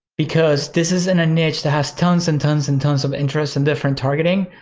because this isn't a niche that has tons and tons and tons of interest in different targeting.